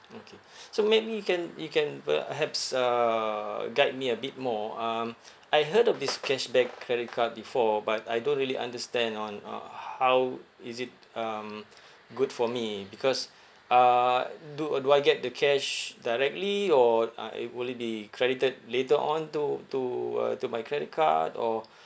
okay so maybe you can you can perhaps uh guide me a bit more um I heard of this cashback credit card before but I don't really understand on uh how is it um good for me because uh do uh do I get the cash directly or uh it will it be credited later on to to uh to my credit card or